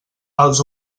els